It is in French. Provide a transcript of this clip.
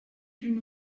une